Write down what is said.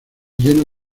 lleno